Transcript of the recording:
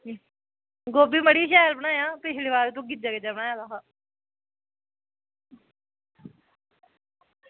गोभी मड़ी शैल बनाए दा हा पिच्छली बारी तोह् गिज्जा गिज्जा बनाए दा हा